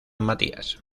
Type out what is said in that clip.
matías